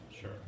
Sure